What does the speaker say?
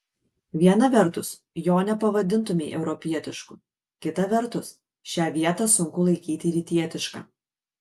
viena vertus jo nepavadintumei europietišku kita vertus šią vietą sunku laikyti rytietiška